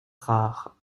rares